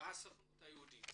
והסוכנות היהודית